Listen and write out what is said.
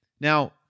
Now